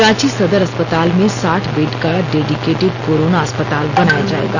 रांची सदर अस्पताल में साठ बेड का डेडिकेटेड कोरोना अस्पताल बनाया जाएगा